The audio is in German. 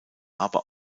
aber